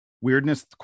weirdness